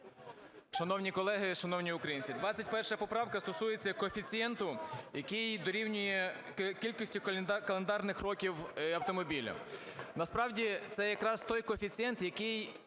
Шановні колеги, шановні українці, 21 поправка стосується коефіцієнту, який дорівнює кількості календарних років автомобіля. Насправді це якраз той коефіцієнт, який